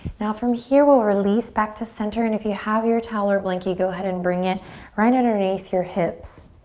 now from here we'll release back to center and if you have your towel or blanky go ahead and bring it right underneath your hips.